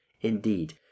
Indeed